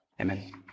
Amen